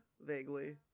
vaguely